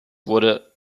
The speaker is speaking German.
wurde